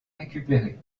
récupérés